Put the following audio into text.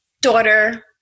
daughter-